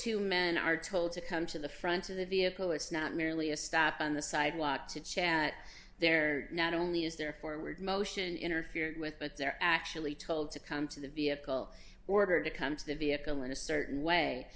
two men are told to come to the front of the vehicle it's not merely a stop on the sidewalk to chat there not only is their forward motion interfered with but they're actually told to come to the vehicle order to come to the vehicle in a certain way